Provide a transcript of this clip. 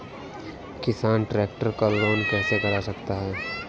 किसान ट्रैक्टर का लोन कैसे करा सकता है?